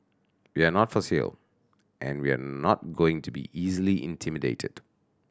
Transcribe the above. we're not for sale and we're not going to be easily intimidated